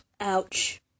Ouch